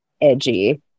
edgy